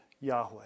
Yahweh